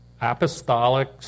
apostolic